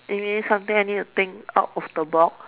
you mean something I need to think out of the box